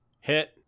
Hit